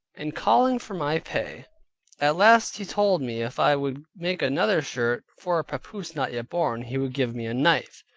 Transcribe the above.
and calling for my pay at last he told me if i would make another shirt, for papoose not yet born, he would give me a knife,